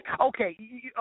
Okay